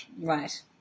right